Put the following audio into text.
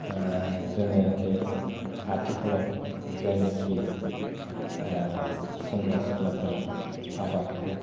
जोङो बे आथिखालाव जायनोखि सेंग्रा सिख्लाफोरा आबादखौ